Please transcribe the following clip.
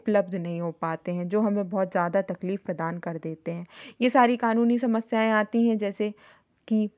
उपलब्ध नहीं हो पाते हैं जो हमें बहुत ज़्यादा तकलीफ प्रदान कर देते हैं ये सारी कानूनी समस्याएँ आती हैं जैसे कि